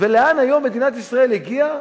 ולאן היום מדינת ישראל הגיעה,